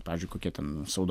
pavyzdžiui kokia ten saudo